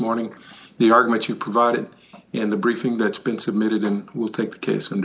morning the argument you provided in the briefing that's been submitted and will take the case and